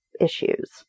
issues